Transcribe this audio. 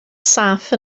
saff